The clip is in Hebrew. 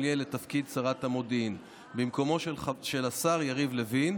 גמליאל לתפקיד שרת המודיעין במקומו של השר יריב לוין,